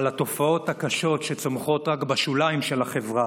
על התופעות הקשות שצומחות רק בשוליים של החברה,